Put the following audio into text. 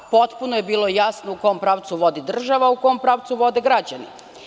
Potpuno je bilo jasno u kom pravcu vodi država, a u kom pravcu vode građani.